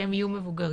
כשהם יהיו מבוגרים.